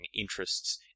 interests